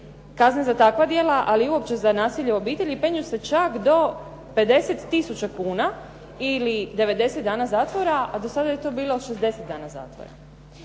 Kazne za takva djela, ali i uopće za nasilje u obitelji penju se čak do 50 tisuća kuna ili 90 dana zatvora, a do sada je to bilo 60 dana zatvora.